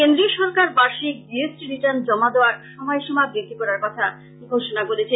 কেন্দ্রীয় সরকার বার্ষিক জি এস টি রিটার্ন জমা দেওয়ার সময়সীমা বৃদ্ধি করার কথা ঘোষণা করেছে